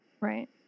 right